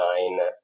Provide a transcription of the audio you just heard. nine